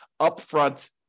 upfront